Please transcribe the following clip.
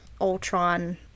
Ultron